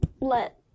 let